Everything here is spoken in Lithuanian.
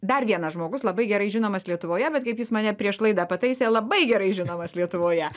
dar vienas žmogus labai gerai žinomas lietuvoje bet kaip jis mane prieš laidą pataisė labai gerai žinomas lietuvoje